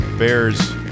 Bears